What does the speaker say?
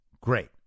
Great